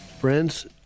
friends